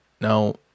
Now